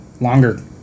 longer